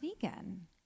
vegan